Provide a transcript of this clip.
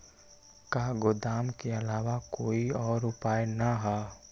का गोदाम के आलावा कोई और उपाय न ह?